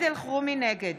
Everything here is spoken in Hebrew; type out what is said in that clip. נגד